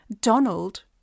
donald